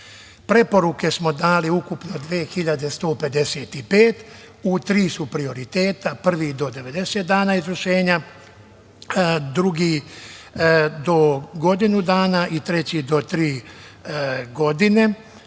Preporuke smo dali ukupno 2155, u tri su prioriteta, prvi do 90 dana izvršenja, drugi do godinu dana i treći do tri godine.